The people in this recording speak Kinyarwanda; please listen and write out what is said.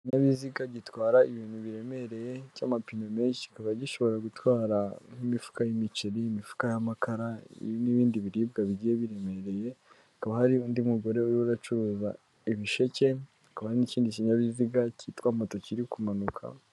Ikinyabiziga gitwara ibintu biremereye cy'amapine menshi kikaba gishobora gutwara nk'imifuka y'imiceri imifuka y'amakara n'ibindi biribwa bigiye biremereye ko hari undi mugore ucuruza ibisheke hakaba hari n'ikindi kinyabiziga cyitwa moto kiri kumanuka.